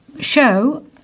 show